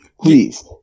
please